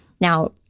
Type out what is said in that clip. Now